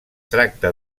tracta